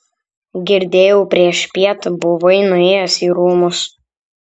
girdėjau priešpiet buvai nuėjęs į rūmus